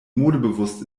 modebewusst